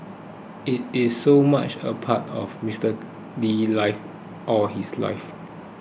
it is so much a part of Mister Lee's life all his life